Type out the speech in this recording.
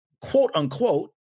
quote-unquote